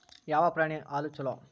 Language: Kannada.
ಯಾವ ಪ್ರಾಣಿ ಹಾಲು ಛಲೋ?